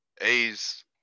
A's